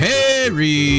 Harry